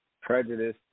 Prejudice